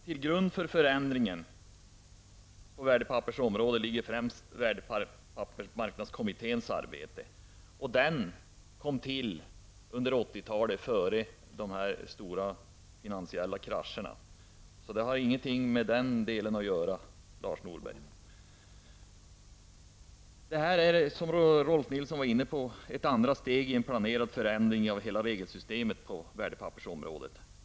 Till grund för förändringarna på värdepappersområdet ligger främst värdepappersmarknadskommitténs arbete, och det kom till under 1980-talet före de stora finansiella krascherna, så det hade ingenting med dem att göra, Lars Norberg. Detta -- som Rolf L Nilson var inne på -- är ett andra steg i en planerad förändring av hela regelsystemet på värdepappersområdet.